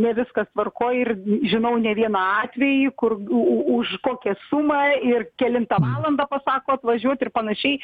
ne viskas tvarkoj ir žinau ne vieną atvejį kur u už kokią sumą ir kelintą valandą pasako atvažiuot ir panašiai